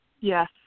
Yes